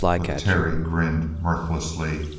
but terry grinned mirthlessly.